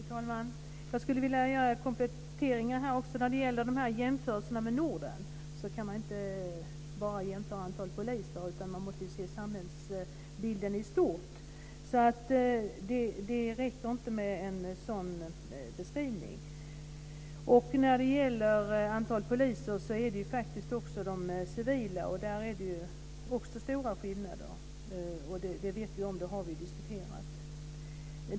Fru talman! Jag skulle vilja göra kompletteringar. När det gäller de här jämförelserna med Norden kan man inte bara jämföra antalet poliser, utan man måste se samhällsbilden i stort. Det räcker inte med en sådan här beskrivning. När det gäller antalet poliser handlar det faktiskt också om de civila, och där är det också stora skillnader. Det vet vi om. Det har vi diskuterat.